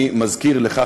אני מזכיר לך,